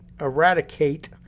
eradicate